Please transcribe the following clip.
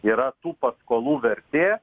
yra tų paskolų vertė